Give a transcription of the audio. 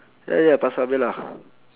ya ya pasarbella